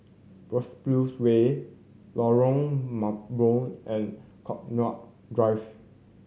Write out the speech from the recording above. Biopolis Way Lorong Mambong and Connaught Drive